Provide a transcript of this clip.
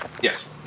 Yes